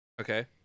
Okay